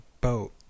boat